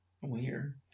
Weird